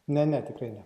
ne ne tikrai ne